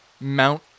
Mount